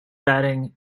batting